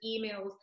emails